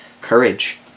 courage